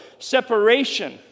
separation